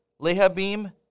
Lehabim